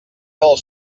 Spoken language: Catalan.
del